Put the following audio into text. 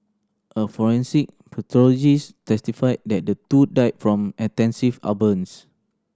a forensic pathologist testified that the two died from extensive are burns